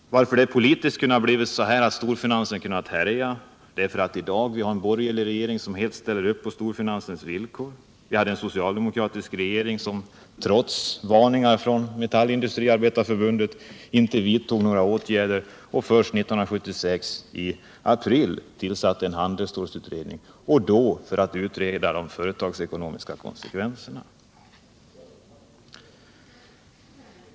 Anledningen till att det politiskt blivit så att storfinansen kunnat härja på detta sätt är att vi har en borgerlig regering, som helt ställer upp på storfinansens villkor. Vi hade en socialdemokratisk regering, som trots varningar från Metallindustriarbetareförbundet inte vidtog några åtgärder och först 1976 i april tillsatte en handelsstålsutredning — då för att utreda de företagsekonomiska konsekvenserna av krisen.